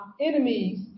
enemies